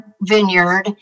vineyard